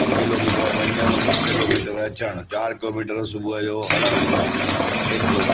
ॿ किलोमीटर वञण ॿ किलोमीटर अचनि चारि किलोमीटर सुबुह जो हलणु खपे हेतिरो